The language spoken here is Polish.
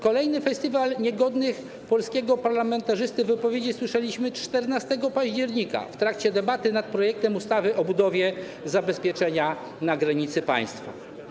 Kolejny festiwal niegodnych polskiego parlamentarzysty wypowiedzi słyszeliśmy 14 października w trakcie debaty nad projektem ustawy o budowie zabezpieczenia na granicy państwa.